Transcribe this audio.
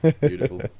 Beautiful